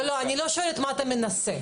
אני לא שואלת מה אתה מנסה.